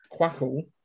Quackle